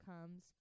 comes